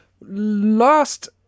Last